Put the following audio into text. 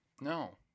No